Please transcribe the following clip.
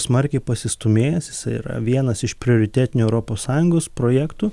smarkiai pasistūmėjęs jisai yra vienas iš prioritetinių europos sąjungos projektų